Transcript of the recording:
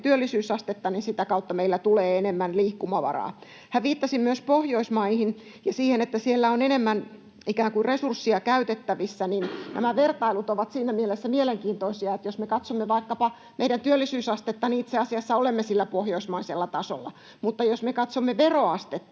työllisyysastetta, niin sitä kautta meillä tulee enemmän liikkumavaraa. Hän viittasi myös Pohjoismaihin ja siihen, että siellä on enemmän resurssia käytettävissä. Nämä vertailut ovat siinä mielessä mielenkiintoisia, että jos me katsomme vaikkapa meidän työllisyysastetta, niin itse asiassa olemme sillä pohjoismaisella tasolla, mutta jos me katsomme veroastetta,